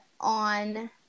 on